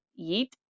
yeet